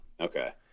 Okay